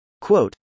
quote